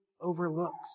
overlooks